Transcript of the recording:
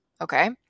okay